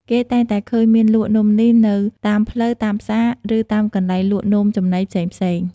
គេតែងតែឃើញមានលក់នំនេះនៅតាមផ្លូវ តាមផ្សារ ឬតាមកន្លែងលក់នំចំណីផ្សេងៗ។